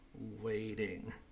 waiting